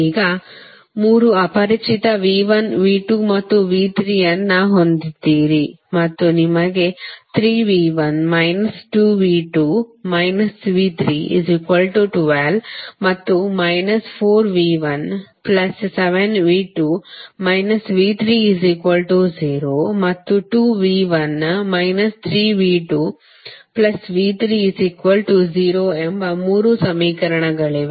ಈಗ ಮೂರು ಅಪರಿಚಿತ V1V2ಮತ್ತು V3 ಅನ್ನು ಹೊಂದಿದ್ದೀರಿ ಮತ್ತು ನಿಮಗೆ 3V1 2V2 V312 ಮತ್ತು 4V17V2 V30 ಮತ್ತು 2V1 3V2V30 ಎಂಬ ಮೂರು ಸಮೀಕರಣಗಳಿವೆ